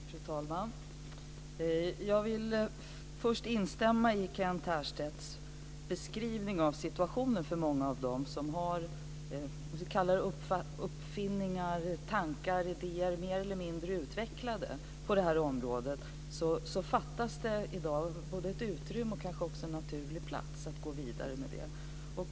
Fru talman! Jag vill först instämma i Kent Härstedts beskrivning av situationen. För många av dem som har uppfinningar, tankar och idéer, mer eller mindre utvecklade, på det här området, fattas det i dag ett utrymme och också en naturlig plats för att gå vidare med dem.